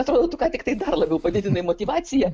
atrodo tu ką tiktai dar labiau padidinai motyvaciją